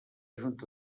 junta